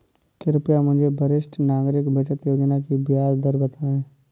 कृपया मुझे वरिष्ठ नागरिक बचत योजना की ब्याज दर बताएं?